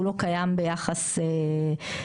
הוא לא קיים ביחס לשרים,